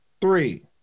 three